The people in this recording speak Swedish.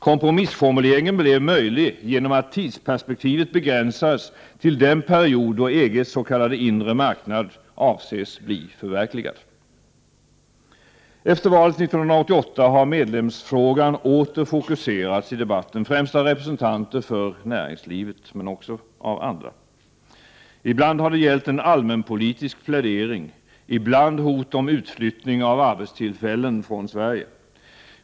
Kompromissformuleringen blev möjlig genom att tidsperspektivet begränsades till den period då EG:s s.k. inre marknad avses bli förverkligad. Efter valet 1988 har medlemsfrågan åter fokuserats i debatten, främst av representanter för näringslivet men också av andra. Ibland har det gällt en allmänpolitisk plädering, ibland hot om utflyttning av arbetstillfällen från Sverige.